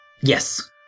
Yes